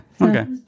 Okay